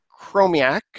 Chromiak